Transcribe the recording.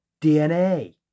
DNA